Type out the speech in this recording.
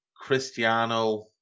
Cristiano